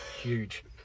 huge